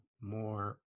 more